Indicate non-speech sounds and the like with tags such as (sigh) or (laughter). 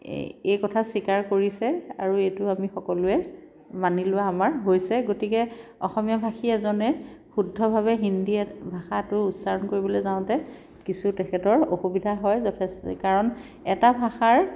এই কথা স্বীকাৰ কৰিছে আৰু এইটো আমি সকলোৱে মানি লোৱা আমাৰ হৈছে গতিকে অসমীয়া ভাষী এজনে শুদ্ধভাৱে হিন্দী (unintelligible) ভাষাটো উচ্চাৰণ কৰিবলৈ যাওঁতে কিছু তেখেতৰ অসুবিধা হয় (unintelligible) কাৰণ এটা ভাষাৰ